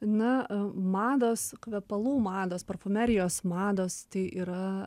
na a mados kvepalų mados parfumerijos mados tai yra